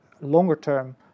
longer-term